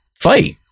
fight